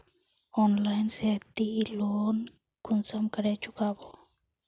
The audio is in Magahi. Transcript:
ऑनलाइन से ती लोन कुंसम करे चुकाबो?